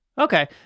Okay